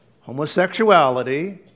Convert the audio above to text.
homosexuality